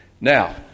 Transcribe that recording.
Now